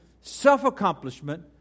self-accomplishment